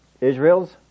Israel's